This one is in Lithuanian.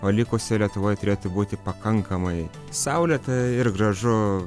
o likusioj lietuvoj turėtų būti pakankamai saulėta ir gražu